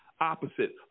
opposite